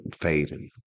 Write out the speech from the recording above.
fading